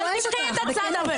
תשאלי, אל תיקחי את הצד הזה.